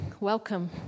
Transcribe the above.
Welcome